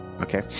Okay